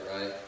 right